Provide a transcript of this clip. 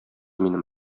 минем